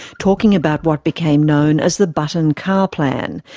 talking about what became known as the button car plan,